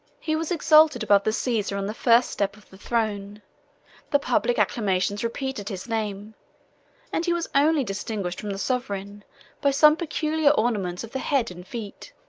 he was exalted above the caesar on the first step of the throne the public acclamations repeated his name and he was only distinguished from the sovereign by some peculiar ornaments of the head and feet.